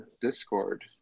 Discord